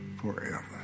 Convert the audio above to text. forever